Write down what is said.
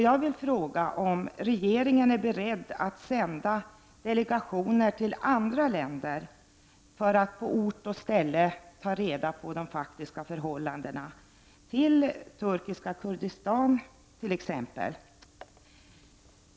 Jag vill fråga om regeringen är beredd att sända delegationer till andra länder för att på ort och ställe ta reda på de faktiska förhållandena. Det gäller t.ex. turkiska Kurdistan.